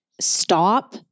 stop